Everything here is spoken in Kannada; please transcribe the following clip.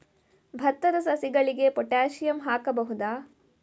ಭತ್ತದ ಸಸಿಗಳಿಗೆ ಪೊಟ್ಯಾಸಿಯಂ ಹಾಕಬಹುದಾ?